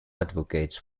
advocates